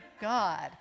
God